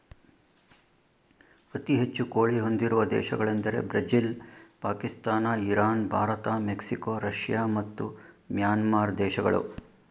ಅತಿ ಹೆಚ್ಚು ಕೋಳಿ ಹೊಂದಿರುವ ದೇಶಗಳೆಂದರೆ Brazil Pakistan Iran Bharat Mexico Russia ಮತ್ತು ಮ್ಯಾನ್ಮಾರ್ ದೇಶಗಳು